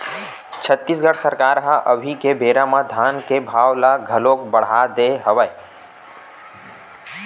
छत्तीसगढ़ सरकार ह अभी के बेरा म धान के भाव ल घलोक बड़हा दे हवय